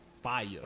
fire